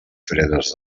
fredes